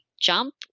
jump